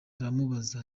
aramubaza